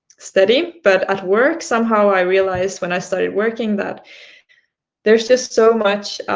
steady, but at work somehow i realised when i started working that there is just so much